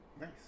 Nice